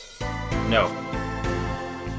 No